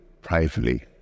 privately